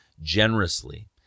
generously